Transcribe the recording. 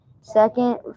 second